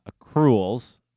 accruals